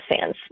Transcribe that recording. fans